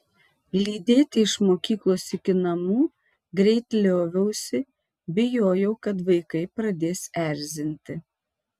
lydėti iš mokyklos iki namų greit lioviausi bijojau kad vaikai pradės erzinti